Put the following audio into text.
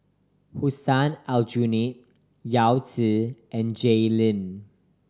Hussein Aljunied Yao Zi and Jay Lim